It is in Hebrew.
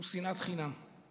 הוא שנאת חינם.